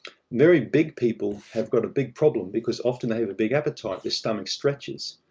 very big people have got a big problem, because often, they have a big appetite. their stomach stretches,